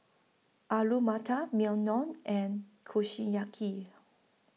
Alu Matar Naengmyeon and Kushiyaki